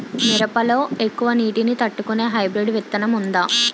మిరప లో ఎక్కువ నీటి ని తట్టుకునే హైబ్రిడ్ విత్తనం వుందా?